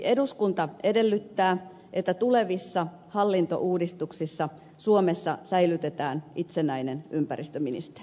eduskunta edellyttää että tulevissa hallintouudistuksissa suomessa säilytetään itsenäinen ympäristöministeriö